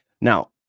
Now